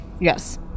Yes